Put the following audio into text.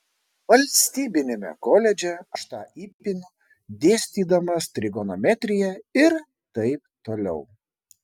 valstybiniame koledže aš tą įpinu dėstydamas trigonometriją ir taip toliau